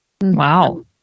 Wow